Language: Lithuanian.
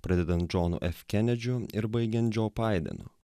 pradedant džonu f kenedžiu ir baigiant džo baidenu